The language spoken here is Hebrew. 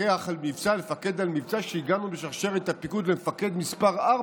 לפקד על מבצע שהגענו בשרשרת הפיקוד למפקד מס' 4,